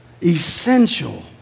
essential